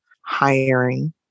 hiring